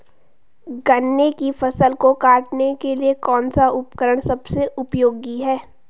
गन्ने की फसल को काटने के लिए कौन सा उपकरण सबसे उपयोगी है?